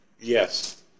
Yes